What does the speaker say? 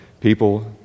people